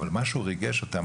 אבל הוא ריגש אותם,